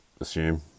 assume